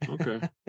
okay